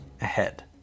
ahead